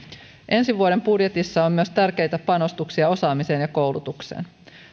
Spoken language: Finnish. ensi vuoden budjetissa on myös tärkeitä panostuksia osaamiseen ja koulutukseen